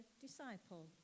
disciple